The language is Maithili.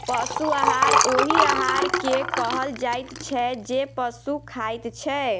पशु आहार ओहि आहार के कहल जाइत छै जे पशु खाइत छै